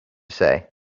say